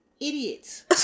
idiots